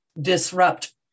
disrupt